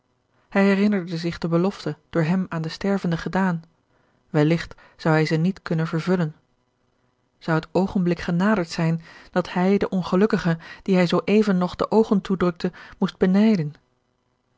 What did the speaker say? hij herinnerde zich de belofte door hem aan den stervende gedaan welligt zou hij ze niet kunnen vervullen zou het oogenblik genaderd zijn dat hij den ongelukkige dien hij zoo even nog de oogen toedrukte moest benijden